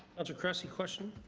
ah cressy, question?